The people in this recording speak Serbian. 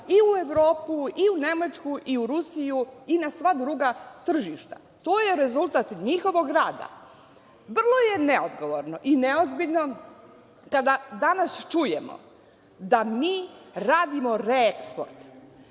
i u Evropu i u Nemačku i u Rusiju i na sva druga tržišta. To je rezultat njihovog rada. Vrlo je nedogovorno i neozbiljno kada danas čujemo da mi radimo reeksport.